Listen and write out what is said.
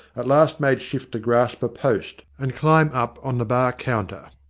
at last made shift to grasp a post, and climb up on the bar counter.